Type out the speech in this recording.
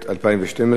2012, בקריאה ראשונה.